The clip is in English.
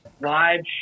live